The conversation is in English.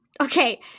Okay